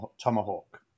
tomahawk